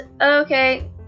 Okay